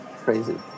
crazy